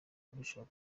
barushaho